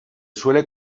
suele